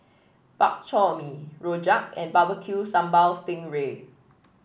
Bak Chor Mee rojak and Barbecue Sambal Sting Ray